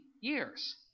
years